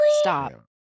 Stop